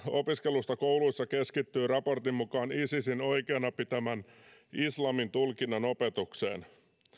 opiskelusta kouluissa keskittyy raportin mukaan isisin oikeana pitämän islamin tulkinnan opetukseen